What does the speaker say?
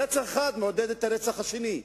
רצח אחד מעודד רצח שני,